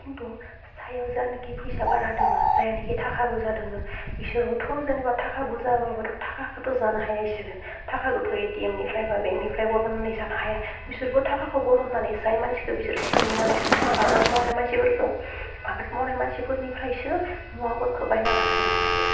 खिन्थु सायाव जानाखि फैसा बारा दोङो जायहानाखि थाखा बुरजा दोङो बिसोरबोथ' जेनेबा थाखा बुरजाबाबोथ' थाखाखौथ' जानो हायो इसोरो थाखाखौथ' एटिएमनिफ्राय बा एटिएमनिफ्राय बा बेंकनिफ्राय बरना निजा बाहाया बिसोरबो थाखाखौ बरननानै जाय मानसिखो बिसोर सिंनि होननानै सानदो आबाद मावनाय मानसिफोरखो आबाद मावनाय मानसिफोरनिफ्रायसो मुवाफोरखौ बायना जानो गोनां जायो